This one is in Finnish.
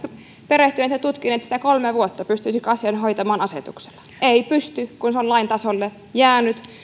perehtyneet ja tutkineet sitä kolme vuotta pystyisikö asian hoitamaan asetuksella ei pysty kun se on lain tasolle jäänyt